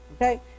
Okay